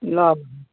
ल